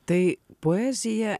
tai poezija